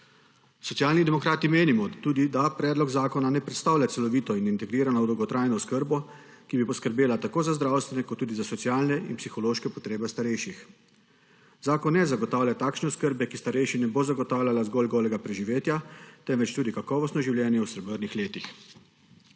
Socialni demokrati menimo tudi, da predlog zakona ne predstavlja celovito in integrirano dolgotrajno oskrbo, ki bi poskrbela tako za zdravstvene kot tudi za socialne in psihološke potrebe starejših. Zakon ne zagotavlja takšne oskrbe, ki starejšim ne bo zagotavljala zgolj golega preživetja, temveč tudi kakovostno življenje v srebrnih letih.